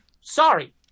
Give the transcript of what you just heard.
sorry